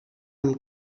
amb